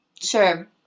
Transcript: sure